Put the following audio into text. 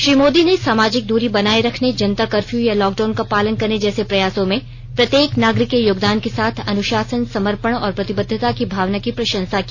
श्री मोदी ने सामाजिक दूरी बनाये रखने जनता कर्फय या लॉकडाउन का पालन करने जैसे प्रयासों में प्रत्येक नागरिक के योगदान के साथ अनुशासन समर्पण और प्रतिबद्धता की भावना की प्रशंसा की